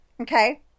Okay